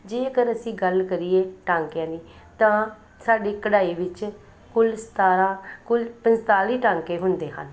ਜੇਕਰ ਅਸੀਂ ਗੱਲ ਕਰੀਏ ਟਾਂਕਿਆਂ ਦੀ ਤਾਂ ਸਾਡੀ ਕਢਾਈ ਵਿੱਚ ਕੁੱਲ ਸਤਾਰ੍ਹਾਂ ਕੁੱਲ ਪੰਤਾਲੀ ਟਾਂਕੇ ਹੁੰਦੇ ਹਨ